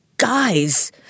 Guys